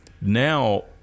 now